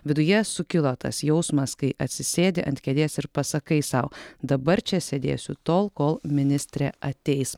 viduje sukilo tas jausmas kai atsisėdi ant kėdės ir pasakai sau dabar čia sėdėsiu tol kol ministrė ateis